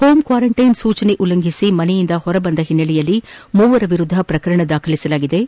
home quarantine ಸೂಚನೆ ಉಲ್ಲಂಘಿಸಿ ಮನೆಯಿಂದ ಹೊರಬಂದ ಹಿನ್ನೆಲೆಯಲ್ಲಿ ಮೂವರ ವಿರುದ್ದ ಪ್ರಕರಣ ದಾಖಲಿಸಿದ್ದು